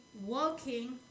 walking